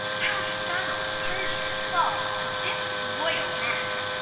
thou subtle, perjur'd, false, disloyal man,